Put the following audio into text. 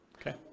okay